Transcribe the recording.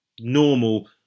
normal